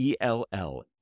ELL